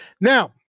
Now